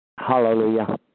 Hallelujah